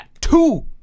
two